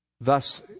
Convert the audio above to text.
Thus